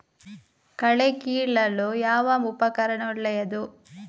ಕಳೆ ಕೀಳಲು ಯಾವ ಉಪಕರಣ ಒಳ್ಳೆಯದು?